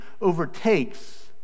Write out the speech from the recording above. overtakes